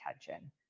attention